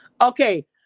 okay